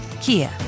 Kia